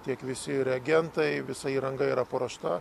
tiek visi reagentai visa įranga yra paruošta